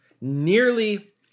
nearly